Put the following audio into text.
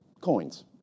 coins